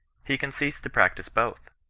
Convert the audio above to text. he can cease to practise both.